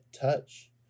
touch